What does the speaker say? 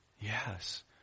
Yes